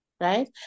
Right